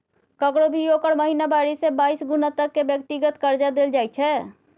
ककरो भी ओकर महिनावारी से बाइस गुना तक के व्यक्तिगत कर्जा देल जाइत छै